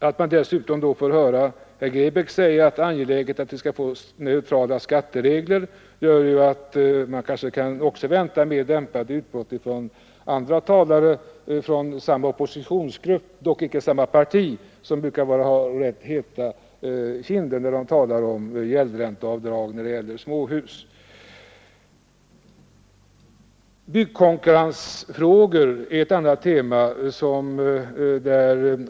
Att man dessutom får höra herr Grebäck säga att det är angeläget att få neutrala skatteregler gör att man kanske också kan vänta mera dämpade utbrott från andra talare från samma oppositionsgrupp — dock icke samma parti — som brukar ha rätt heta kinder när de talar om gäldränteavdrag i fråga om småhus.